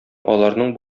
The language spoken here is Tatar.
аларның